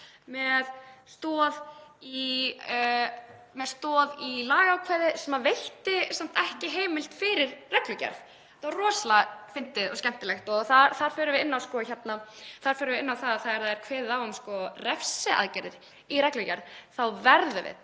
með stoð í lagaákvæði sem veitti samt ekki heimild fyrir reglugerð. Þetta var rosalega fyndið og skemmtilegt. Þar förum við inn á það að þegar kveðið er á um refsiaðgerðir í reglugerð þá verðum við